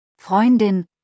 Freundin